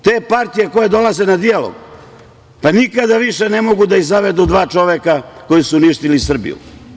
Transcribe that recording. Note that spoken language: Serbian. Te partije koje dolaze na dijalog, pa nikada više ne mogu da ih zavedu dva čoveka koja su uništila Srbiju.